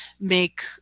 make